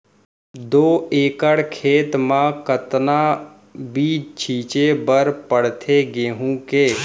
दो एकड़ खेत म कतना बीज छिंचे बर पड़थे गेहूँ के?